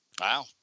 Wow